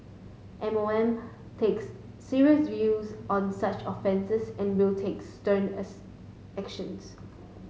M O M takes serious views on such offences and will takes stern as actions